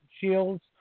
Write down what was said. shields